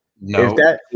No